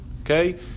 okay